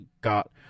got